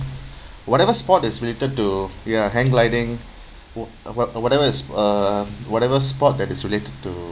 whatever sport is related to ya hang gliding o~ what or whatever is uh whatever sport that is related to